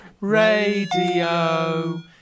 Radio